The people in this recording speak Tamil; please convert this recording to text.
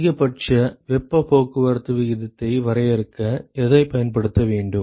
அதிகபட்ச வெப்பப் போக்குவரத்து விகிதத்தை வரையறுக்க எதைப் பயன்படுத்த வேண்டும்